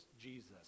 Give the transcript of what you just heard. Jesus